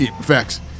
Facts